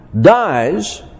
dies